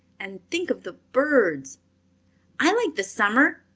and think of the birds i like the summer,